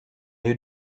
you